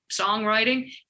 songwriting